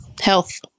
health